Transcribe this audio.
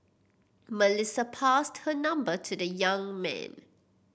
Melissa passed her number to the young man